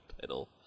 title